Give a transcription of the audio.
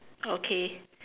okay